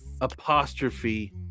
apostrophe